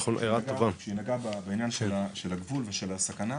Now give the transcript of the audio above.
כשהיא נגעה בעניין של הגבול ושל הסכנה,